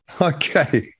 Okay